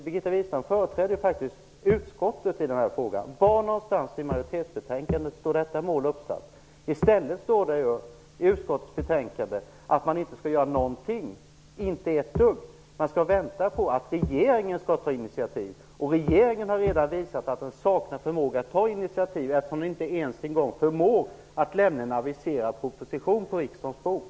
Birgitta Wistrand företräder faktiskt utskottet i denna fråga. Var någonstans i majoritetsskrivningen i betänkandet står detta mål uppsatt? I stället står i utskottets betänkande att man inte skall göra någonting, inte ett dugg. Man skall vänta på att regeringen skall ta initiativ. Regeringen har redan visat att den saknar förmåga att ta initiativ, eftersom den inte ens en gång förmår att lämna en aviserad proposition på riksdagens bord.